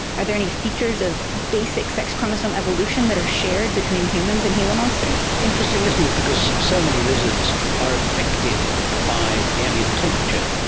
are there any features of basic sex chromosome evolution that are shared between humans and gila monsters? interesting isn't it, because so many lizards are affected by the ambient temperature.